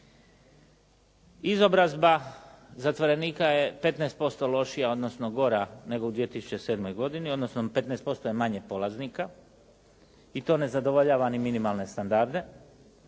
Izobrazba zatvorenika je 15% lošija odnosno gora nego u 2007. godini, odnosno 15% je manje polaznika i to ne zadovoljava ni minimalne standarde.